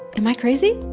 am i crazy?